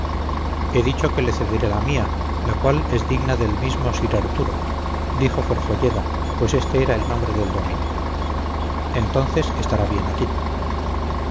he dicho que le cederé la mía la cual es digna del mismo sir arturo dijo forfolleda pues este era el nombre del dómine entonces estará bien aquí